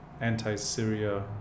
anti-Syria